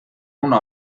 una